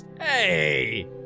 hey